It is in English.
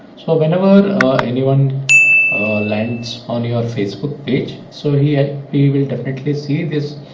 so whenever anyone lines on your facebook page. so here we will definitely see this.